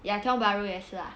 ya tiong bahru 也是 lah